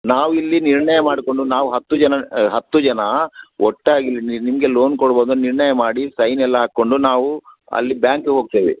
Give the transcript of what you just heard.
ನಾವು ಇಲ್ಲಿ ನಿರ್ಣಯ ಮಾಡಿಕೊಂಡು ನಾವು ಹತ್ತು ಜನ ಹತ್ತು ಜನ ಒಟ್ಟಾಗಿ ನಿಮಗೆ ಲೋನ್ ಕೊಡ್ಬೋದಾ ನಿರ್ಣಯ ಮಾಡಿ ಸೈನ್ ಎಲ್ಲ ಹಾಕಿಕೊಂಡು ನಾವು ಅಲ್ಲಿ ಬ್ಯಾಂಕಿಗೆ ಹೋಗ್ತೇವೆ